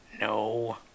No